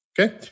okay